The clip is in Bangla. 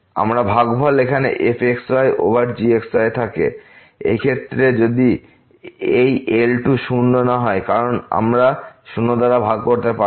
আমরা ভাগফল এখানে fx yওভার gx yথাকে এই ক্ষেত্রে যদি এই L2 শূন্য না হয় কারণ আমরা 0 দ্বারা ভাগ করতে পারি না